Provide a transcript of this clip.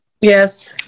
Yes